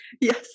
yes